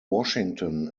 washington